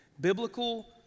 Biblical